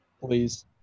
Please